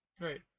Right